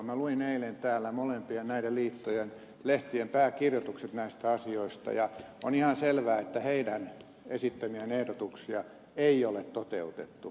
minä luin eilen täällä molempien näiden liittojen lehtien pääkirjoitukset näistä asioista ja on ihan selvää että niiden esittämiä ehdotuksia ei ole toteutettu